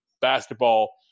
basketball